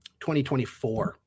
2024